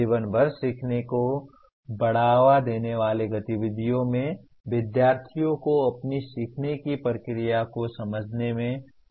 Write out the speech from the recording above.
जीवन भर सीखने को बढ़ावा देने वाली गतिविधियों में विद्यार्थियों को अपनी सीखने की प्रक्रिया को समझने में मदद करना शामिल है